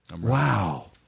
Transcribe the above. Wow